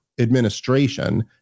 administration